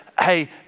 hey